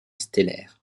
stellaire